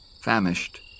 famished